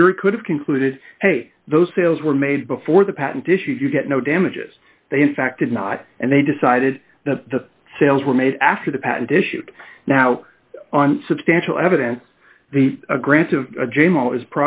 the jury could have concluded hey those sales were made before the patent issues you get no damages they in fact did not and they decided the sales were made after the patent issued now on substantial evidence the aggressive